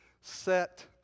set